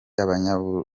abanyaburayi